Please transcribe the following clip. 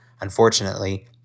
Unfortunately